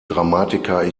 dramatiker